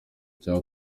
cya